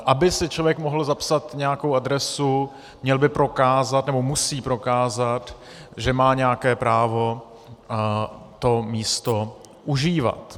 Aby si člověk mohl zapsat nějakou adresu, měl by prokázat nebo musí prokázat, že má nějaké právo to místo užívat.